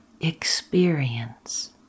experience